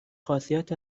خاصیت